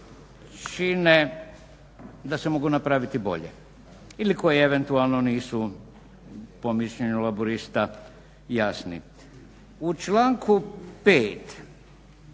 čine da se mogu napraviti bolje. Ili koji eventualno nisu po mišljenju laburista jasni. U članku 5.